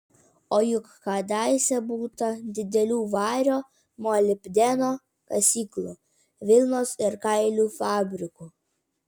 o juk kadaise būta didelių vario molibdeno kasyklų vilnos ir kailių fabrikų